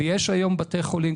ויש היום בתי חולים,